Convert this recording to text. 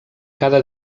cada